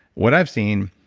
what i've seen,